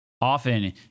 often